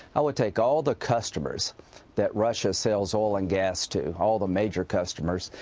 i would take all the customers that russia sells oil and gas to, all the major customers,